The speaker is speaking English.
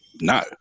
no